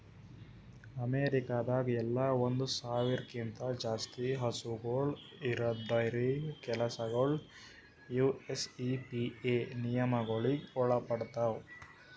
ಅಮೇರಿಕಾದಾಗ್ ಎಲ್ಲ ಒಂದ್ ಸಾವಿರ್ಕ್ಕಿಂತ ಜಾಸ್ತಿ ಹಸುಗೂಳ್ ಇರದ್ ಡೈರಿ ಕೆಲಸಗೊಳ್ ಯು.ಎಸ್.ಇ.ಪಿ.ಎ ನಿಯಮಗೊಳಿಗ್ ಒಳಪಡ್ತಾವ್